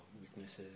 weaknesses